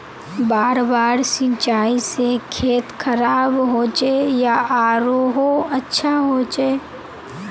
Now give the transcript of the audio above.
बार बार सिंचाई से खेत खराब होचे या आरोहो अच्छा होचए?